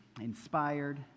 inspired